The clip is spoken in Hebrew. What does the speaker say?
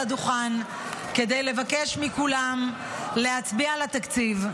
הדוכן כדי לבקש מכולם להצביע על התקציב.